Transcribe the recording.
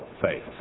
faith